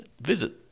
visit